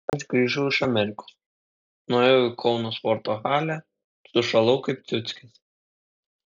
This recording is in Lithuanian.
aš grįžau iš amerikos nuėjau į kauno sporto halę sušalau kaip ciuckis